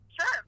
Sure